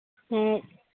ᱦᱮᱸ